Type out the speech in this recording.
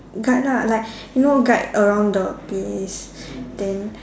guide lah like you know guide around the place then